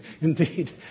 indeed